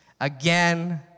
again